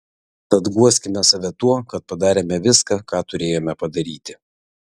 tad guoskime save tuo kad padarėme viską ką turėjome padaryti